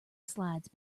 slides